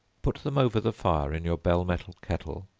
put them over the fire in your bell-metal kettle,